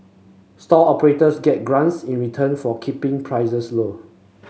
stall operators get grants in return for keeping prices low